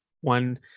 one